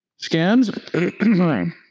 Scams